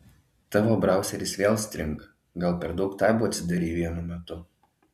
tavo brauseris vėl stringa gal per daug tabų atsidarei vienu metu